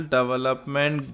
Development